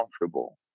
comfortable